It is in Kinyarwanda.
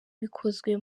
bikozwe